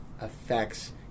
affects